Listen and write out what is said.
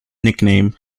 nickname